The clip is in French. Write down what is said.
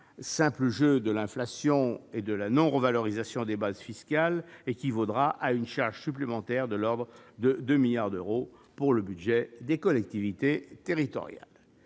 simple jeu de l'inflation et de la non-revalorisation des bases fiscales équivaudra à une charge supplémentaire de l'ordre de 2 milliards d'euros pour le budget des collectivités territoriales.